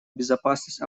безопасность